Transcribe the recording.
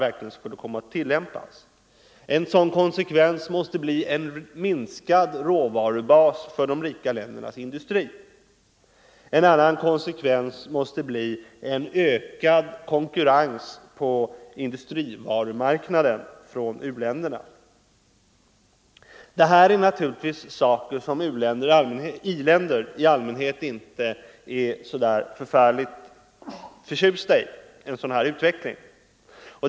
En sådan konsekvens måste bli en minskad råvarubas för de rika ländernas industri. En annan konsekvens måste bli en ökad konkurrens på industrivarumarknaden från u-länderna. Det här är naturligtvis en utveckling som i-länderna i allmänhet inte är så förfärligt förtjusta i.